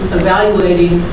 evaluating